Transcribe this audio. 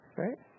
right